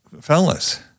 fellas